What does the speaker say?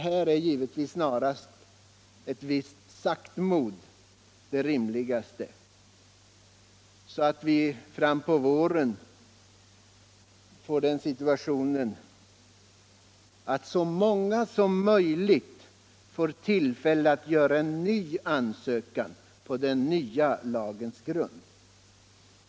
Här är givetvis snarast ett visst sakt mod det rimligaste, så att fram på våren så många som möjligt kan — Nr 31 få tillfälle att göra en ny ansökan på den nya lagens grund.